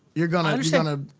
you're gonna understand ah